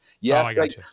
yes